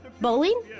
Bowling